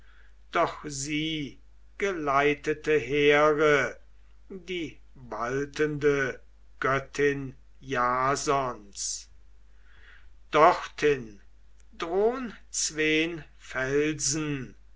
doch sie geleitete here die waltende göttin jasons dorthin drohn zween felsen